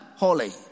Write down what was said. holy